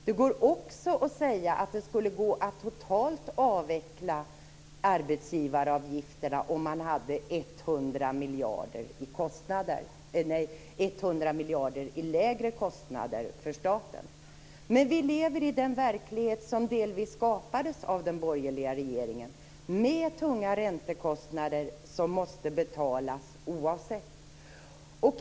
Det går också att säga att det skulle gå att totalt avveckla arbetsgivaravgifterna om man hade 100 miljarder i lägre kostnader för staten. Men vi lever i den verklighet som delvis skapades av den borgerliga regeringen med tunga räntekostnader som måste betalas.